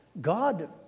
God